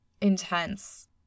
intense